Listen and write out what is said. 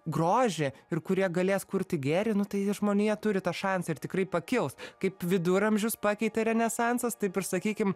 grožį ir kurie galės kurti gėrį nu tai žmonija turi tą šansą ir tikrai pakils kaip viduramžius pakeitė renesansas taip ir sakykim